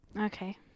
Okay